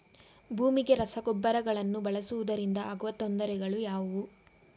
ಭೂಮಿಗೆ ರಸಗೊಬ್ಬರಗಳನ್ನು ಬಳಸುವುದರಿಂದ ಆಗುವ ತೊಂದರೆಗಳು ಯಾವುವು?